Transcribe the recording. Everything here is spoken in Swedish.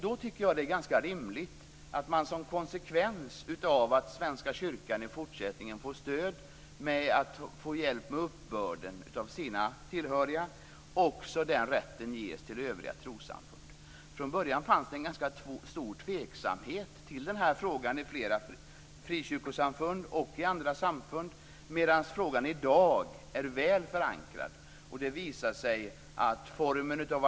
Då tycker jag att det är ganska rimligt att man, som konsekvens av att Svenska kyrkan i fortsättningen får stöd och hjälp med uppbörden av dem som tillhör den, också ger den rätten till övriga trossamfund. Från början fanns det en ganska stor tveksamhet till den här frågan i flera frikyrkosamfund och i andra samfund, men i dag är frågan väl förankrad.